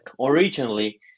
originally